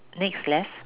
next left